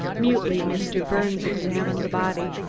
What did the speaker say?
mutely mr. birnes examined the body.